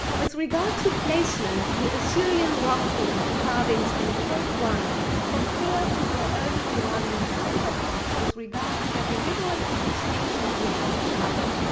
with regard to placement, the assyrian rock carvings in cave one compared to their early iranian counterparts with regard to the deliberate association with each other.